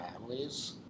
families